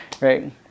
right